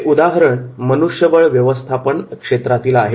हे उदाहरण मनुष्यबळ व्यवस्थापन क्षेत्रातील आहे